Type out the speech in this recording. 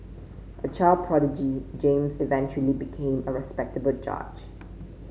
a child prodigy James eventually became a respected judge